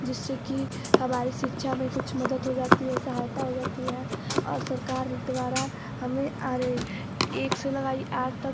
जिससे कि हमारी शिक्षा में कुछ मदद हो जाती है सहायता हो जाती है और सरकार द्वारा हमें अरे एक से लगाई आठ तक